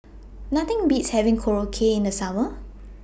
Nothing Beats having Korokke in The Summer